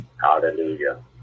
Hallelujah